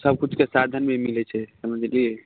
सभकिछुके साधन भी मिलै छै समझलियै